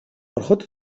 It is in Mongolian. ороход